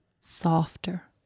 softer